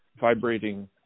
vibrating